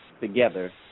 together